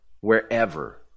wherever